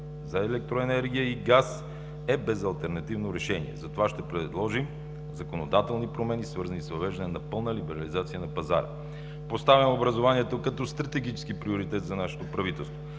за електроенергия и газ е безалтернативно решение. За това ще предложим законодателни промени, свързани с въвеждане на пълна либерализация на пазара. Поставяме образованието като стратегически приоритет за нашето правителство.